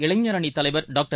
இளைஞரணித் தலைவர் டாக்டர்